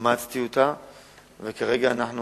אימצתי אותה, וכרגע אנחנו